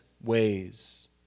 ways